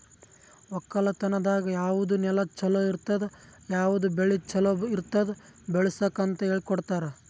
ಒಕ್ಕಲತನದಾಗ್ ಯಾವುದ್ ನೆಲ ಛಲೋ ಇರ್ತುದ, ಯಾವುದ್ ಬೆಳಿ ಛಲೋ ಇರ್ತುದ್ ಬೆಳಸುಕ್ ಅಂತ್ ಹೇಳ್ಕೊಡತ್ತುದ್